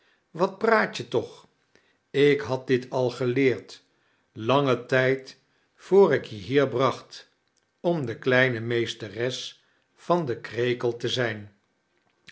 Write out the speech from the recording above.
wat praat je toch ik had dit al geleerd langen tijd voor ik je hier bracht om de kleine meesteres van den krekel te zijn